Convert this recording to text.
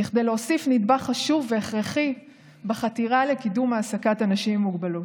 כדי להוסיף נדבך חשוב והכרחי בחתירה לקידום העסקת אנשים עם מוגבלות.